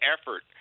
effort